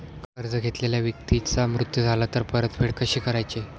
कर्ज घेतलेल्या व्यक्तीचा मृत्यू झाला तर परतफेड कशी करायची?